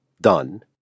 done